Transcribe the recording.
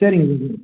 சரிங்க சார்